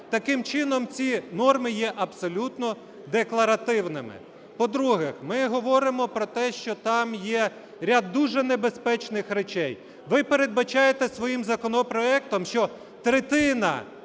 таким чином ці норми є абсолютно декларативними. По-друге, ми говоримо про те, що там є ряд дуже небезпечних речей. Ви передбачаєте своїм законопроектом, що третина